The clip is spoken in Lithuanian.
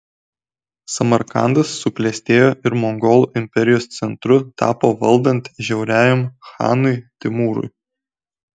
samarkandas suklestėjo ir mongolų imperijos centru tapo valdant žiauriajam chanui timūrui